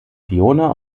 fiona